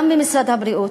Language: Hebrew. גם במשרד הבריאות,